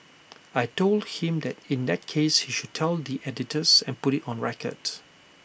I Told him that in that case he should tell the editors and put IT on record